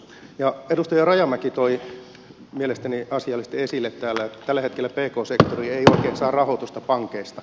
edustaja rajamäki toi mielestäni asiallisesti esille täällä että tällä hetkellä pk sektori ei oikein saa rahoitusta pankeista